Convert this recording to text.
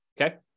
Okay